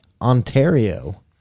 Ontario